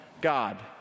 God